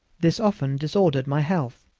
this often disordered my health,